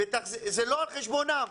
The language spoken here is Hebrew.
זה לא על חשבונם.